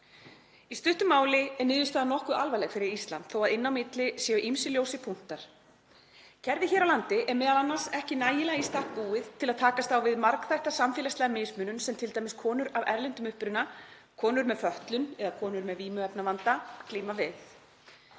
Í stuttu máli er niðurstaðan nokkuð alvarleg fyrir Ísland þótt inn á milli séu ýmsir ljósir punktar. Kerfið hér á landi er m.a. ekki nægilega í stakk búið til að takast á við margþætta samfélagslega mismunun sem t.d. konur af erlendum uppruna, konur með fötlun eða konur með vímuefnavanda glíma við.